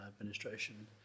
administration